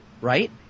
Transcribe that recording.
right